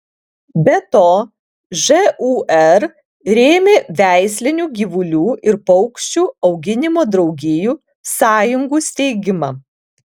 be to žūr rėmė veislinių gyvulių ir paukščių auginimo draugijų sąjungų steigimą